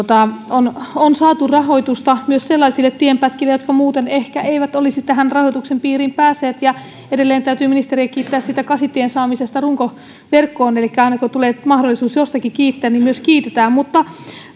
on on saatu rahoitusta myös sellaisille tienpätkille jotka muuten ehkä eivät olisi rahoituksen piiriin päässeet edelleen täytyy ministeriä kiittää siitä kasitien saamisesta runkoverkkoon elikkä aina kun tulee mahdollisuus jostakin kiittää niin myös kiitetään mutta